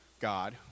God